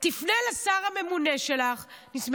תפנה לשר הממונה שלך ותדאג להביא,